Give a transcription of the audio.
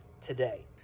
today